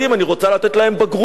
אני רוצה לתת להם בגרות,